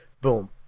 Boom